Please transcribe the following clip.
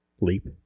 leap